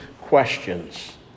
questions